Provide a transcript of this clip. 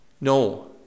No